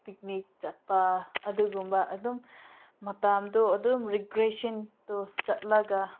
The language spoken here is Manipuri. ꯄꯤꯛꯅꯤꯛ ꯆꯠꯄ ꯑꯗꯨꯒꯨꯝꯕ ꯑꯗꯨꯝ ꯃꯇꯝꯗꯣ ꯑꯗꯨꯝ ꯔꯤꯀ꯭ꯔꯦꯁꯟꯗꯣ ꯆꯠꯂꯒ